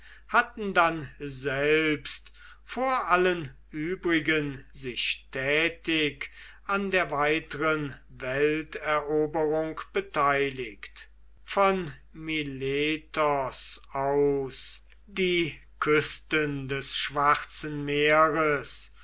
hatten dann selbst vor allen übrigen sich tätig an der weiteren welteroberung beteiligt von miletos aus die küsten des schwarzen meeres